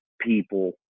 people